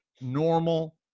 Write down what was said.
normal